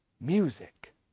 music